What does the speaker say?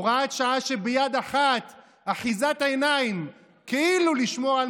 הוראת שעה שביד אחת היא אחיזת עיניים של כאילו לשמור על